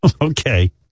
Okay